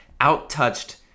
outtouched